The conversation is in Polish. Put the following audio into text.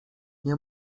nie